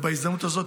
בהזדמנות הזאת,